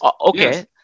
Okay